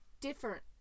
different